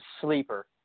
sleeper